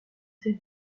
sept